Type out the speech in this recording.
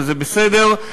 וזה בסדר.